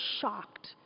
shocked